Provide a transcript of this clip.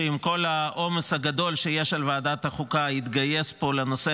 שעם כל העומס הגדול שיש על ועדת החוקה התגייס פה לנושא